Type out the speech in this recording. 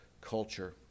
culture